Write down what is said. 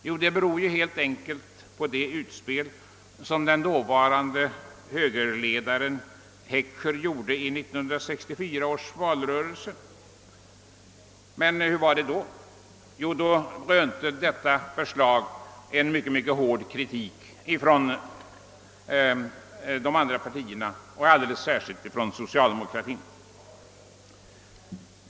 Jo, det beror helt enkelt på det utspel som dåvarande =<:högerledaren «Heckscher gjorde i 1964 års valrörelse. Men hur var det då? Jo, då rönte detta förslag en mycket hård kritik från de andra partierna och alldeles särskilt från socialdemokraterna.